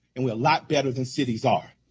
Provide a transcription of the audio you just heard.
and we're a lot better than cities are.